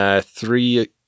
three-